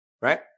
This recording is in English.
right